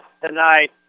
tonight